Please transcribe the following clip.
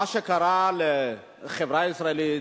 במה שקרה לחברה הישראלית,